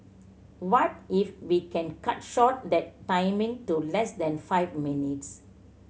what if we can cut short that timing to less than five minutes